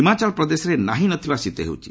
ହିମାଚଳପ୍ରଦେଶରେ ନାହିଁ ନଥିବା ଶୀତ ହେଉଛି